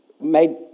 made